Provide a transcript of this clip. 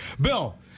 Bill